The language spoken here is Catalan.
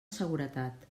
seguretat